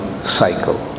cycle